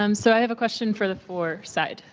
um so, i have a question for the for side.